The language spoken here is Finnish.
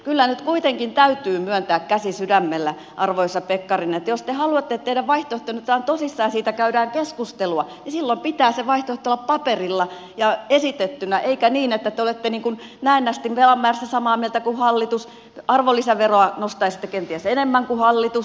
kyllä nyt kuitenkin täytyy myöntää käsi sydämellä arvoisa pekkarinen että jos te haluatte että teidän vaihtoehdostanne tosissaan käydään keskustelua niin silloin pitää se vaihtoehto olla paperilla ja esitettynä eikä niin että te olette niin kuin näennäisesti velan määrässä samaa mieltä kuin hallitus arvonlisäveroa nostaisitte kenties enemmän kuin hallitus